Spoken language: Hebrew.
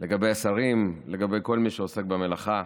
לגבי השרים, לגבי כל מי שעוסק במלאכה,